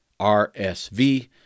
RSV